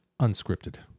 Unscripted